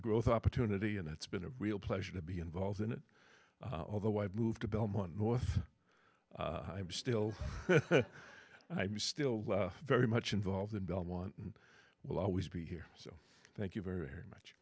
growth opportunity and it's been a real pleasure to be involved in it although i've moved to belmont north i'm still i'm still very much involved in belmont and will always be here so thank you very much